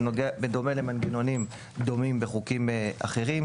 בדומה למנגנונים דומים בחוקים אחרים,